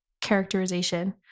characterization